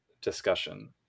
discussion